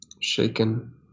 Shaken